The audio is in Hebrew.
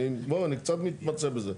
בוא, אני קצת מתמצא בזה.